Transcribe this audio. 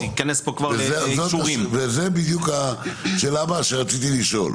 זו בדיוק השאלה הבאה שרציתי לשאול.